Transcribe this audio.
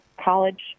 college